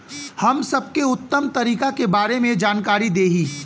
हम सबके उत्तम तरीका के बारे में जानकारी देही?